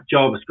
JavaScript